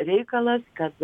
reikalas kad